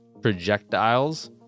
projectiles